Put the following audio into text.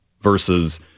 versus